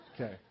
Okay